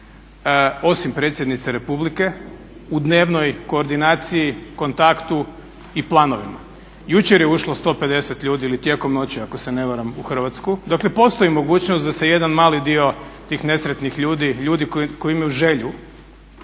osim Predsjednice Republike u dnevnoj koordinaciji, kontaktu i planovima. Jučer je ušlo 150 ljudi ili tijekom noći ako se ne varam u Hrvatsku. Dakle, postoji mogućnost da se jedan mali dio tih nesretnih ljudi, ljudi koji imaju želju